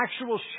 actual